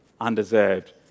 undeserved